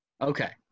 Okay